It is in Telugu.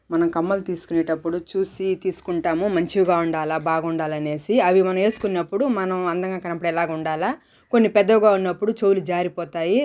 మనం కమ్మలు తీసుకునేటప్పుడు చూసి తీసుకుంటాము మంచిగా ఉండాల బాగుండాల అనేసి అవి మనం వేసుకున్నప్పుడు మనం అందంగా కనపడేలా ఉండాల కొన్ని పెద్దవిగా ఉన్నప్పుడు చెవులు జారిపోతాయి